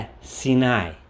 Sinai